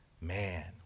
man